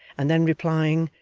and then replying,